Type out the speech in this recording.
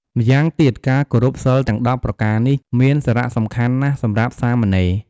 ម្យ៉ាងទៀត ការគោរពសីលទាំង ១០ ប្រការនេះ មានសារៈសំខាន់ណាស់សម្រាប់សាមណេរ។